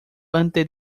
antes